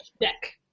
deck